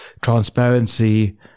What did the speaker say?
transparency